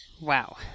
Wow